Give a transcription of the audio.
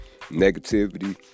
negativity